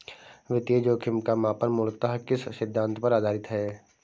वित्तीय जोखिम का मापन मूलतः किस सिद्धांत पर आधारित है?